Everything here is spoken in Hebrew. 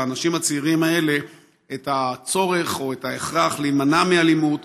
לאנשים הצעירים האלה את הצורך או את ההכרח להימנע מאלימות,